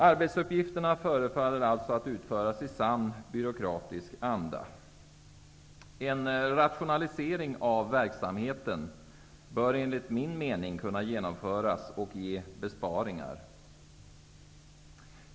Arbetsuppgifterna förefaller att utföras i sann byråkratisk anda. En rationalisering av verksamheten bör enligt min mening kunna genomföras och ge besparingar.